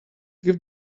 give